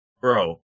Bro